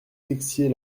texier